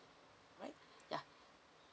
alright yeah